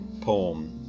poem